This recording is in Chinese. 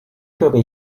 设备